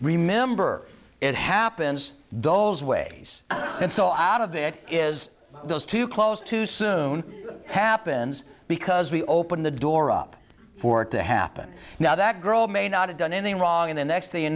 remember it happens those ways and so out of it is those too close too soon happens because we open the door up for it to happen now that girl may not have done in the wrong in the next thing you